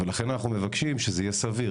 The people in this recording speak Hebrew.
ולכן אנחנו מבקשים שזה יהיה סביר,